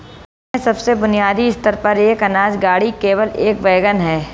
अपने सबसे बुनियादी स्तर पर, एक अनाज गाड़ी केवल एक वैगन है